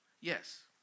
Yes